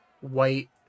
white